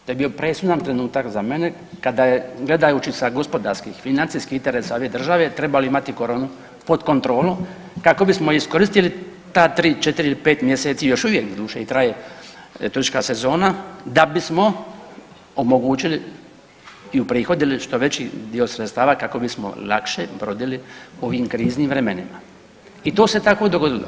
To je bio presudan trenutak za mene kada je gledajući sa gospodarskih, financijskih interesa ove države trebalo imati koronu pod kontrolom kako bismo iskoristili ta tri, četiri ili pet mjeseci, još uvijek doduše i traje turistička sezona da bismo omogućili i uprihodili što veći dio sredstava kako bismo lakše prebrodili u ovim kriznim vremenima i to se tako dogodilo.